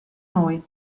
noi